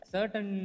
Certain